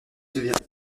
devient